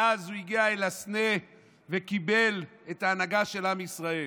ואז הוא הגיע אל הסנה וקיבל את ההנהגה על עם ישראל.